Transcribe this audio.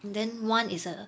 then one is a